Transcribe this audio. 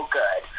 good